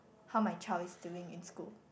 how my child is doing in school